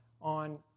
on